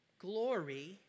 Glory